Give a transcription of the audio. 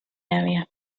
area